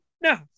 No